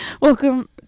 Welcome